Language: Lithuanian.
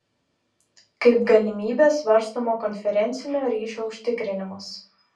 kaip galimybė svarstoma konferencinio ryšio užtikrinimas